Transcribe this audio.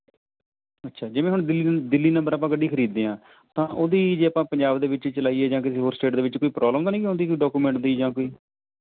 ਅੱਛਾ ਜਿਵੇਂ ਹੁਣ ਦਿੱਲੀ ਦਿੱਲੀ ਨੰਬਰ ਆਪਾਂ ਗੱਡੀ ਖਰੀਦ ਦੇ ਹਾਂ ਤਾਂ ਉਹਦੀ ਜੇ ਆਪਾਂ ਪੰਜਾਬ ਦੇ ਵਿੱਚ ਚਲਾਈਏ ਜਾਂ ਕਿਸੇ ਹੋਰ ਸਟੇਟ ਦੇ ਵਿੱਚ ਕੋਈ ਪ੍ਰੋਬਲਮ ਤਾਂ ਨਹੀਂ ਆਉਂਦੀ ਕੋਈ ਡਾਕਯੂਮੈਂਟ ਦੀ ਜਾਂ ਕੋਈ